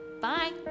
Bye